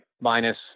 minus